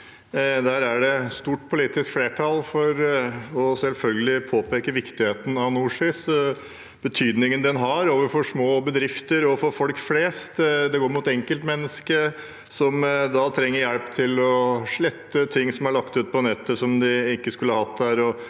Det er et stort politisk flertall for selvfølgelig å påpeke viktigheten av NorSIS og betydningen det har overfor små bedrifter og for folk flest. Det kan være enkeltmennesker som trenger hjelp til å slette ting som er lagt ut på nettet, og som de ikke skulle hatt der.